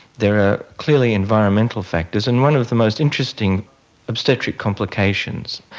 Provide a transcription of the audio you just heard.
there are clearly environmental factors, and one of the most interesting obstetric complications,